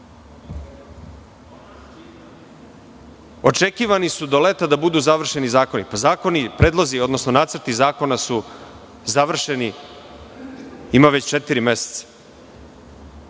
standard. Očekivani su do leta da budu završeni zakoni. Zakoni, predlozi, odnosno nacrti zakona su završeni ima već četiri meseca.